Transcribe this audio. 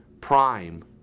prime